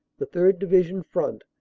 the third. division front,